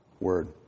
word